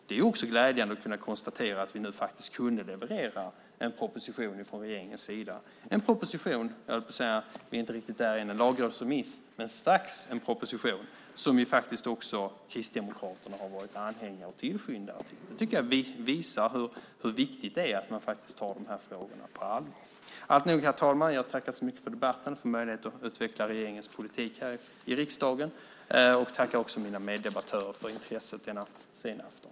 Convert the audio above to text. Det är också glädjande att kunna konstatera att vi nu faktiskt kunde leverera en proposition - höll jag på att säga - från regeringen. Vi är ju inte riktigt där ännu, utan det är en lagrådsremiss, men det blir strax en proposition som Kristdemokraterna också har varit anhängare av och tillskyndare till. Det tycker jag visar hur viktigt det är att man tar de här frågorna på allvar. Alltnog, herr talman, tackar jag så mycket för debatten och för möjligheten att utveckla regeringens politik här i riksdagen. Jag tackar också mina meddebattörer för intresset denna sena afton.